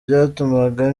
byatumaga